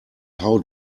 how